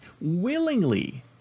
willingly